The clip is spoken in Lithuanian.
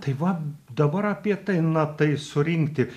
tai va dabar apie tai na tai surinkti